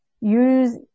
use